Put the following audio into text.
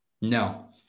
No